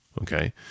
okay